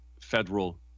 federal